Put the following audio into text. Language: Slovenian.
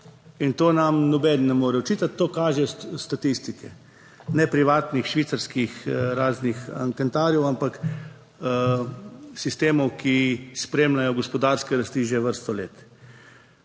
In to nam noben ne more očitati. To kažejo statistike, ne privatnih švicarskih raznih anketarjev, ampak sistemov, ki spremljajo gospodarske rasti že vrsto let.